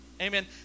Amen